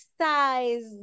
size